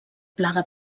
plaga